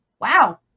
Wow